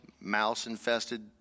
mouse-infested